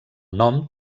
nom